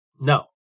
no